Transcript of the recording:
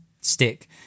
stick